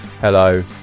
Hello